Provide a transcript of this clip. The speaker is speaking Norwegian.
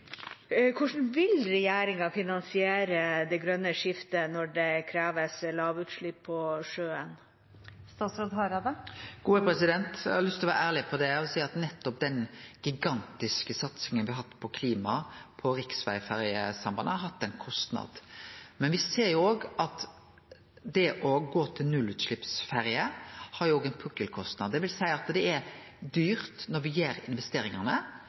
vil regjeringa finansiere det grønne skiftet når det kreves lavutslipp på sjøen? Eg har lyst til å vere ærleg på det og seie at nettopp den gigantiske satsinga me har hatt på klima på riksvegferjesambandet, har hatt ein kostnad. Men me ser òg at det å gå til nullutsleppsferjer òg har ein pukkelkostnad, dvs. at det er dyrt når me gjer investeringane,